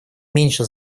меньше